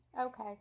Okay